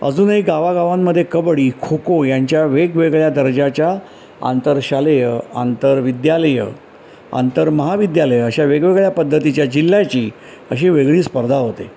अजूनही गावागावांमध्ये कबडी खो खो यांच्या वेगवेगळ्या दर्जाच्या आंतरशालेय आंतर विद्यालय आंतर महाविद्यालय अशा वेगवेगळ्या पद्धतीच्या जिल्ह्याची अशी वेगळी स्पर्धा होते